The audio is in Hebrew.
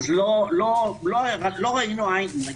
לא ראינו עין בעין.